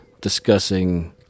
discussing